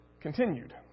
continued